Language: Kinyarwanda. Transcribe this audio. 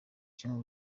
kimwe